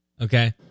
Okay